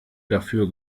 dafür